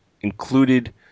included